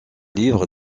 livres